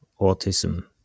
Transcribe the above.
autism